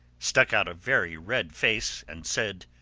stuck out a very red face and said,